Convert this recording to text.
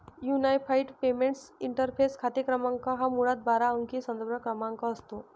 unified payments interface खाते क्रमांक हा मुळात बारा अंकी संदर्भ क्रमांक असतो